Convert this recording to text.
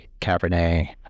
Cabernet